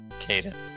Caden